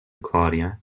claudia